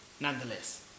Nonetheless